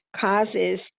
causes